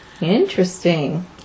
Interesting